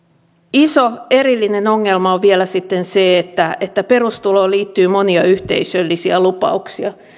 iso erillinen ongelma on vielä sitten se että että perustuloon liittyy monia yhteisöllisiä lupauksia